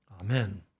Amen